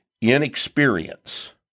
inexperience